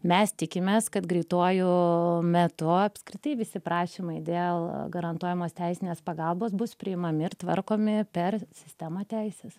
mes tikimės kad greituoju metu apskritai visi prašymai dėl garantuojamos teisinės pagalbos bus priimami ir tvarkomi per sistemą teises